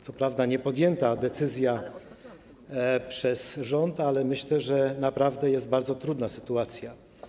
Co prawda nie została podjęta decyzja przez rząd, ale myślę, że naprawdę jest bardzo trudna sytuacja.